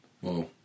Whoa